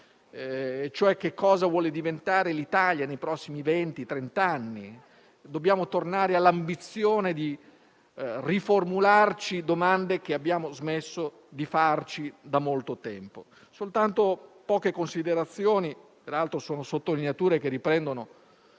cioè che cosa vuole diventare l'Italia nei prossimi venti, trenta anni. Dobbiamo tornare all'ambizione di riformulare domande che abbiamo smesso di farci da molto tempo. Aggiungo soltanto poche considerazioni che tra l'altro sono sottolineature che riprendono